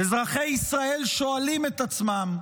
אזרחי ישראל שואלים את עצמם: